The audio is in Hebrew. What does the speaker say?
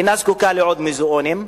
אינה זקוקה לעוד מוזיאונים.